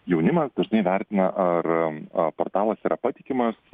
jaunimas dažnai vertina ar ar portalas yra patikimas